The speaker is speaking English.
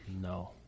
No